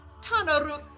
Tanaruk